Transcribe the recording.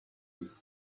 ist